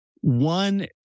One